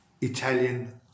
Italian